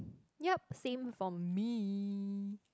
yup same for me